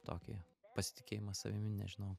tokį pasitikėjimą savimi nežinau